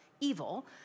evil